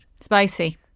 Spicy